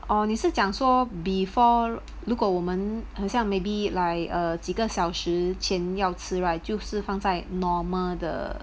oh 你是讲说 before 如果我们很像 maybe like uh 几个小时前要吃 right 就是放在 normal 的